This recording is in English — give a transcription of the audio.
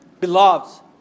Beloved